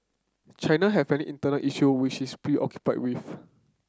China has many internal issue which is preoccupied with